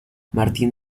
martín